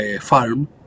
farm